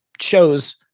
shows